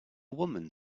woman